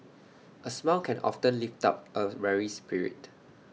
A smile can often lift up A weary spirit